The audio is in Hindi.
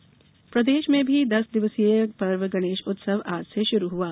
गणेश चतुर्थी प्रदेश में भी दस दिवसीय पर्व गणेश उत्सव आज से शुरू हुआ